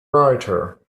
writer